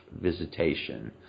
visitation